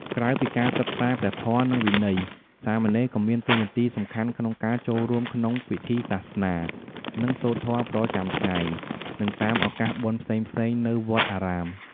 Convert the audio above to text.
ក្រៅពីការសិក្សាព្រះធម៌ និងវិន័យ សាមណេរក៏មានតួនាទីសំខាន់ក្នុងការ ចូលរួមក្នុងពិធីសាសនា និងសូត្រធម៌ ប្រចាំថ្ងៃ និងតាមឱកាសបុណ្យផ្សេងៗនៅវត្តអារាម។